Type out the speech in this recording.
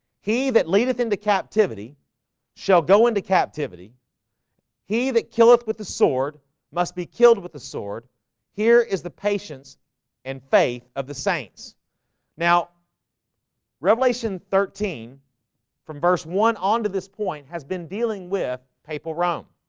he that leadeth into captivity shall go into captivity he that killeth with the sword must be killed with the sword here is the patience and faith of the saints now revelation thirteen from verse one on to this point has been dealing with papal rome.